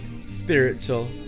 spiritual